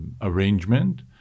arrangement